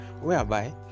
Whereby